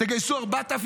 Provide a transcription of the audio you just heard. תגייסו 4,000,